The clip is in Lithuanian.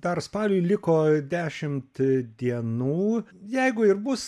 dar spaliui liko dešimt dienų jeigu ir bus